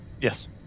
yes